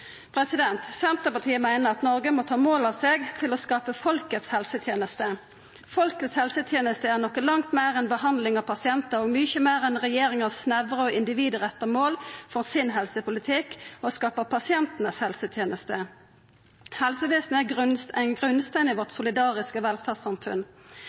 Senterpartiet meiner at Noreg må ta mål av seg til å skapa folkets helseteneste. Folkets helseteneste er noko langt meir enn behandling av pasientar og mykje meir enn regjeringas snevre og individretta mål for helsepolitikken sin, å skapa pasientanes helseteneste. Helsevesenet er ein grunnstein i vårt